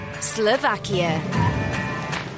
Slovakia